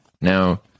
Now